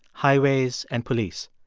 highways and police.